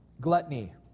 gluttony